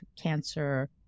cancer